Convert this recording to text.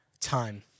time